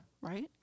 right